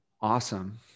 Awesome